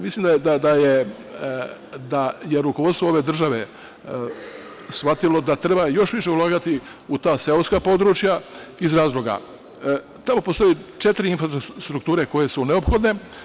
Mislim da je rukovodstvo ove države shvatilo da treba još više ulagati u ta seoska područja iz razloga, tamo postoji četiri infrastrukture koje su neophodne.